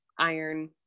iron